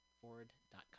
Ford.com